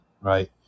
right